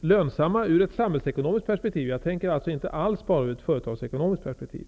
lönsamma i ett samhällsekonomiskt perspektiv. Jag tänker alltså inte bara i ett företagsekonomiskt perspektiv.